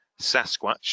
Sasquatch